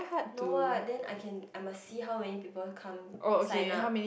no what then I can I must see how many people come sign up